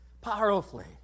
powerfully